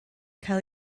cael